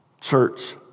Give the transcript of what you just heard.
Church